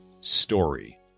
story